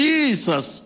Jesus